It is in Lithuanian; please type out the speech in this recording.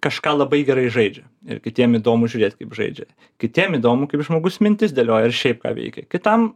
kažką labai gerai žaidžia ir kitiem įdomu žiūrėt kaip žaidžia kitiem įdomu kaip žmogus mintis dėlioja ar šiaip ką veikia kitam